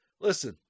listen